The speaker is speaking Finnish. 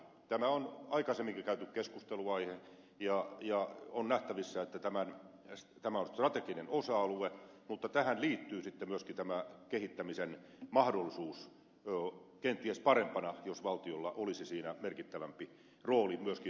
tämä on aikaisemminkin keskusteltu keskustelunaihe ja on nähtävissä että tämä on strateginen osa alue mutta tähän liittyy sitten myöskin kenties parempi kehittämisen mahdollisuus jos valtiolla olisi siinä merkittävämpi rooli myöskin omistajana